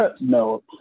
no